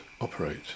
operate